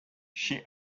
she